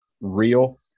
real